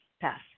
pass